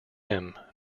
him